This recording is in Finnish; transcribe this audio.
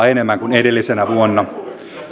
enemmän kuin edellisenä vuonna